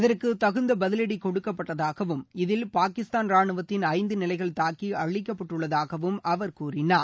இதற்கு தகுந்த பதிவடி கொடுக்கப்பட்டதாகவும் இதில் பாகிஸ்தான் ரானுவத்தின் ஐந்து நிலைகள் தாக்கி அழிக்கப்பட்டுள்ளதாகவும் அவர் கூறினார்